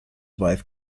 wife